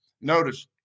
Notice